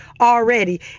already